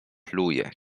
pluje